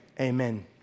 Amen